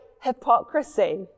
hypocrisy